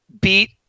beat